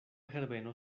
herbeno